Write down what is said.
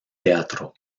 teatro